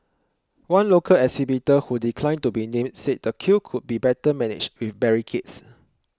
one local exhibitor who declined to be named said the queue could be better managed with barricades